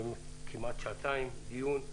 כמעט שעתיים דיון,